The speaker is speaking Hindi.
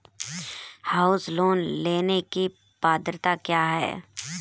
हाउस लोंन लेने की पात्रता क्या है?